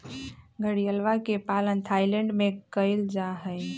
घड़ियलवा के पालन थाईलैंड में कइल जाहई